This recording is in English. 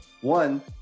one